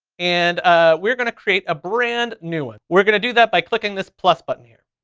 and ah we're gonna create a brand new one, we're gonna do that by clicking this plus button here.